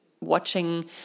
watching